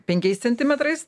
penkiais centimetrais